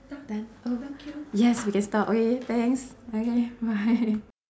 done oh yes we can stop okay thanks okay bye